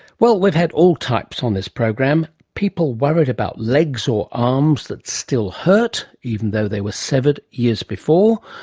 well we've had all types on this program. people worried about legs or arms that still hurt, even though they were severed years before.